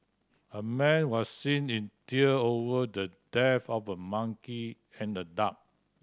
a man was seen in tear over the death of a monkey and a duck